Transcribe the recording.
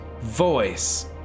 voice